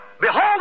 Behold